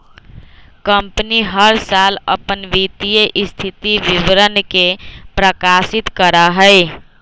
company हर साल अपन वित्तीय स्थिति विवरण के प्रकाशित करा हई